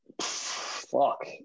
Fuck